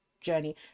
journey